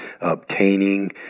obtaining